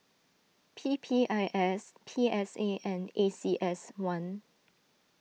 P P I S P S A and A C S one